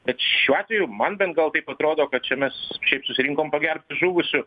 bet šiuo atveju man bent gal taip atrodo kad čia mes šiaip susirinkom pagerbti žuvusių